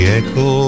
echo